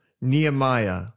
Nehemiah